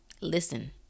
Listen